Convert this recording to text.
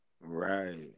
right